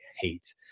hate